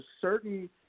certain